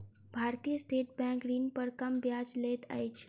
भारतीय state bank ऋण पर कम ब्याज लैत अछि